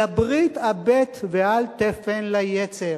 "לברית הבט ואל תפן ליצר".